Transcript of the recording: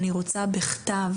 אני רוצה בכתב